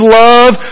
love